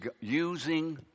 using